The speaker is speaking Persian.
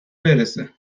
برسه